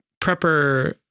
prepper